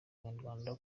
abanyarwanda